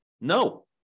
No